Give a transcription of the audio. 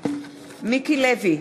מיקי לוי,